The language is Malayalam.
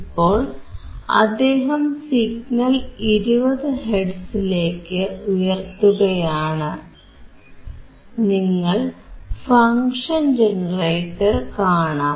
ഇപ്പോൾ അദ്ദേഹം സിഗ്നൽ 20 ഹെർട്സിലേക്ക് ഉയർത്തുകയാണ് നിങ്ങൾക്ക് ഫങ്ഷൻ ജനറേറ്റർ കാണാം